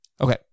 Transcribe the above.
Okay